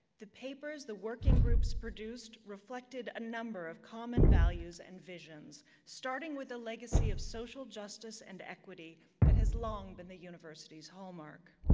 the papers the working groups produced reflected a number of common values and visions, starting with a legacy of social justice and equity that has long been the university's hallmark.